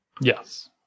Yes